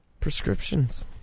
prescriptions